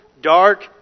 dark